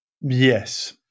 Yes